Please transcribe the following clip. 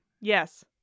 Yes